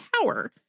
power